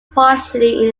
partially